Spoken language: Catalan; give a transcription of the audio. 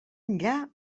enllà